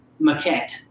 maquette